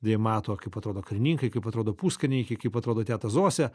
jie mato kaip atrodo karininkai kaip atrodo puskarininkai kaip atrodo teta zosė